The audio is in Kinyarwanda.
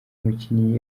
mukinnyi